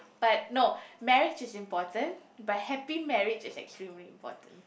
but no marriage is important but happy marriage is extremely important